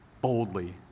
boldly